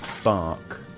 Spark